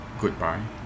Goodbye